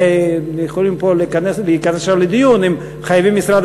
יכולים להיכנס לדיון אם חייבים למשרד